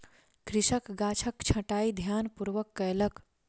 कृषक गाछक छंटाई ध्यानपूर्वक कयलक